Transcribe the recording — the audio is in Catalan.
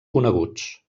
coneguts